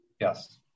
Yes